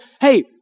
hey